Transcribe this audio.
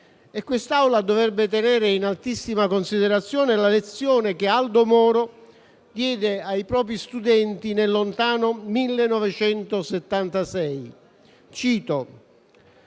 L'Assemblea dovrebbe tenere in altissima considerazione la lezione che Aldo Moro diede ai propri studenti nel lontano 1976. Cito: